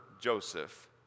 Joseph